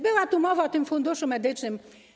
Była tu mowa o Funduszu Medycznym.